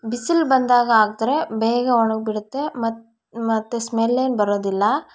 ಬಿಸಿಲು ಬಂದಾಗ ಹಾಕ್ದ್ರೆ ಬೇಗ ಒಣಗಿಬಿಡುತ್ತೆ ಮತ್ತು ಮತ್ತು ಸ್ಮೆಲ್ ಏನು ಬರೋದಿಲ್ಲ